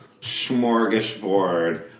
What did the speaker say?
smorgasbord